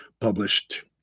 published